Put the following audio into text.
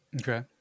Okay